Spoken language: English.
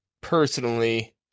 personally